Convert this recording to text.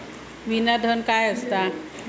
विमा धन काय असता?